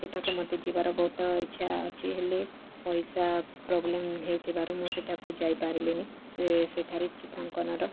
ସେଠାକୁ ମୋତେ ଯିବାର ବହୁତ ଇଚ୍ଛା ଅଛି ହେଲେ ପଇସା ପ୍ରୋବ୍ଲେମ୍ ହେଇଥିବାରୁ ମୁଁ ସେଇଟାକୁ ଯାଇପାରିଲିନି ସେ ସେଠାରେ ଚିତ୍ରାଙ୍କନର